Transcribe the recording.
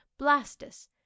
Blastus